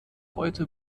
heute